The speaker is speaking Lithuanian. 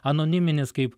anoniminis kaip